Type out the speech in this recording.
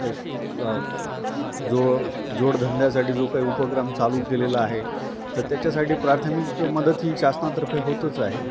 एक जोळ जोडधंद्यासाठी जो काही उपक्रम चालू केलेला आहे तर त्याच्यासाठी प्राथमिक मदत ही शासनातर्फे होतच आहे